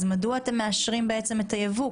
מדוע אתם מאשרים את הייבוא?